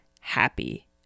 happy